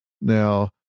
Now